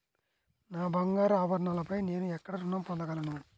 నా బంగారు ఆభరణాలపై నేను ఎక్కడ రుణం పొందగలను?